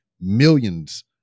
millions